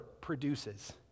produces